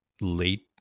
late